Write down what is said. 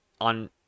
on